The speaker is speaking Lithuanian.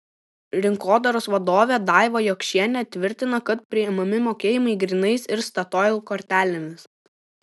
rinkodaros vadovė daiva jokšienė tvirtina kad priimami mokėjimai grynais ir statoil kortelėmis